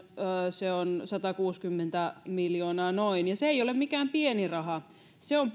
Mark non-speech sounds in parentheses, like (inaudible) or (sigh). se on noin satakuusikymmentä miljoonaa ja se ei ole mikään pieni raha se on (unintelligible)